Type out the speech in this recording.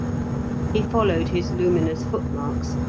he followed his luminous footmarks,